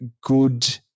good